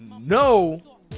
no